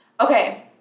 Okay